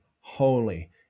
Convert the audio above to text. holy